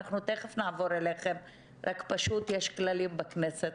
תיכף נעבור אליכם, רק שיש כללים בכנסת.